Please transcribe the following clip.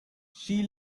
she